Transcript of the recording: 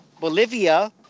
Bolivia